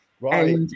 right